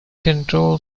control